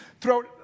throughout